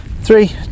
Three